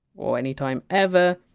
or any time ever